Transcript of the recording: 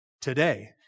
Today